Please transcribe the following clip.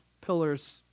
pillars